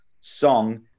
song